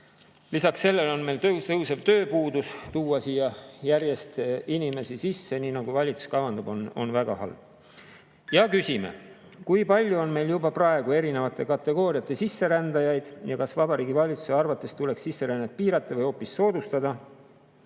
Lisaks sellele [suureneb] meil tööpuudus. Tuua siia järjest inimesi sisse, nii nagu valitsus kavandab, on väga halb. Ja me küsime, kui palju on meil juba praegu erinevate kategooriate sisserändajaid ja kas Vabariigi Valitsuse arvates tuleks sisserännet piirata või hoopis soodustada.